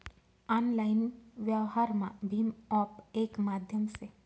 online व्यवहारमा भीम app येक माध्यम से